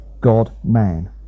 God-Man